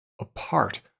apart